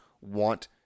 want